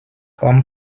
hommes